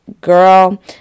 girl